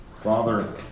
Father